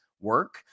work